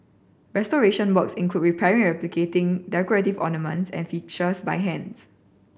restoration works include repairing and replicating decorative ornaments and fixtures by hands